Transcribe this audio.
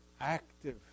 active